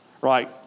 right